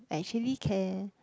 actually can